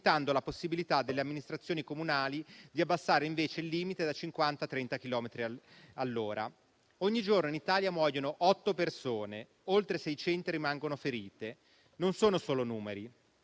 limitando la possibilità delle amministrazioni comunali di abbassare invece il limite da 50 a 30 chilometri all'ora. Ogni giorno in Italia muoiono otto persone, oltre 600 rimangono ferite e non sono solo numeri,